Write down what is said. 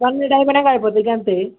one minute అయ్యాక మారిపోతుంది అంతే